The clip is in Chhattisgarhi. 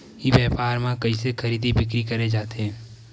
ई व्यापार म कइसे खरीदी बिक्री करे जाथे?